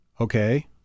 Okay